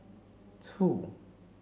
two